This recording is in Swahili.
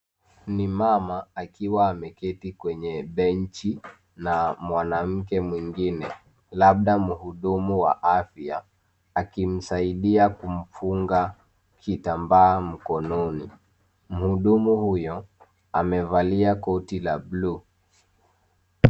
Ni mama, akiwa ameketi kwenye benchi na mwanamke mwingine labda mhudumu wa afya, akimsaidia kumfunga kitamba mkononi. Mhudumu huyo amevalia koti la blue .